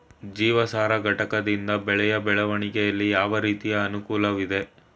ಜೀವಸಾರ ಘಟಕದಿಂದ ಬೆಳೆಯ ಬೆಳವಣಿಗೆಯಲ್ಲಿ ಯಾವ ರೀತಿಯ ಅನುಕೂಲವಿದೆ?